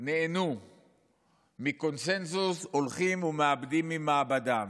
נהנו מקונסנזוס הולכים ומאבדים ממעמדם.